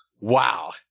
Wow